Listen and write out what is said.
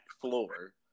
floor